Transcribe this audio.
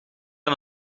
aan